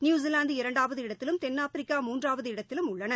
New Zealand இரண்டாவது இடத்திலும் தென்னாப்பிரிக்கா மூன்றாவது இடத்திலும் உள்ளன